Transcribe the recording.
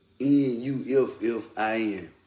N-U-F-F-I-N